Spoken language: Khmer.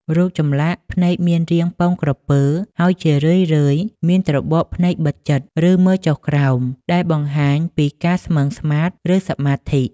រូបចម្លាក់ភ្នែកមានរាង ពងក្រពើ ហើយជារឿយៗមានត្របកភ្នែកបិទជិត ឬមើលចុះក្រោម ដែលបង្ហាញពីការស្មឹងស្មាត ឬសមាធិ។